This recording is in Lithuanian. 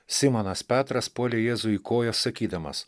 simonas petras puolė jėzui į kojas sakydamas